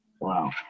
wow